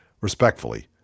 Respectfully